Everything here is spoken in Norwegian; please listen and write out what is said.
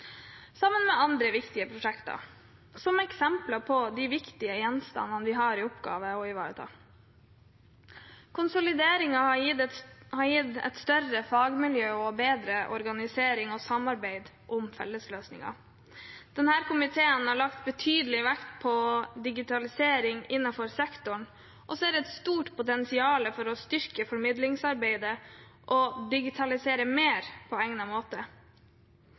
sammen med andre viktige prosjekter, som eksempler på de viktige gjenstandene vi har i oppgave å ivareta. Konsolideringen har gitt større fagmiljøer og bedre organisering og samarbeid om fellesløsninger. Denne komiteen har lagt betydelig vekt på digitalisering innenfor sektoren og ser et stort potensial for å styrke formidlingsarbeidet og digitalisere mer på egnet måte.